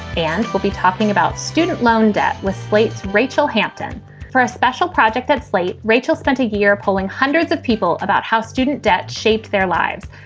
and we'll be talking about student loan debt with slate's rachel hampton for a special project that slate. rachel spent a year pulling hundreds of people about how student debt shaped their lives.